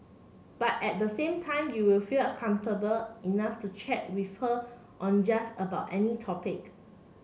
but at the same time you will feel comfortable enough to chat with her on just about any topic